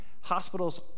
Hospitals